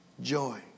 joy